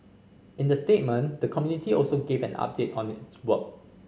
in the statement the community also gave an update on its work